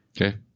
Okay